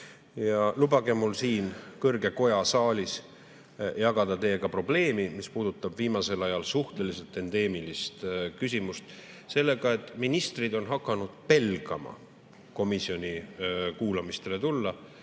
mul siin kõrge koja saalis jagada teiega probleemi, mis puudutab viimase aja suhteliselt endeemilist küsimust: ministrid on hakanud pelgama komisjoni kuulamistele tulla